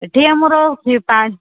ଏଇଠି ଆମର କ୍ଷୀର ପାଞ୍ଚ